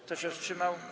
Kto się wstrzymał?